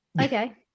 Okay